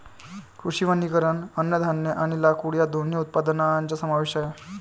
कृषी वनीकरण अन्नधान्य आणि लाकूड या दोन्ही उत्पादनांचा समावेश आहे